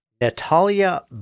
natalia